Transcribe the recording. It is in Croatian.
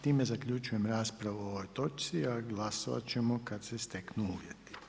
Time zaključujem raspravu o ovoj točci, a glasovati ćemo kad se steknu uvjeti.